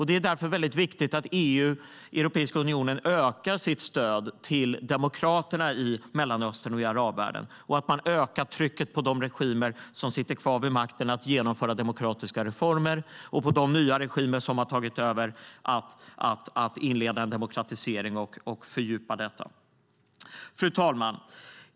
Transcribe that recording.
Det är därför väldigt viktigt att EU ökar sitt stöd till demokraterna i Mellanöstern och i arabvärlden och att man ökar trycket på de regimer som sitter kvar vid makten att genomföra demokratiska reformer och på de nya regimer som har tagit över att inleda en demokratisering och fördjupa detta. Fru talman!